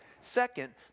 Second